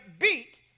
beat